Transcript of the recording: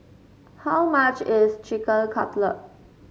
how much is Chicken Cutlet